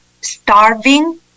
starving